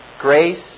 grace